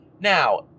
Now